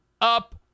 up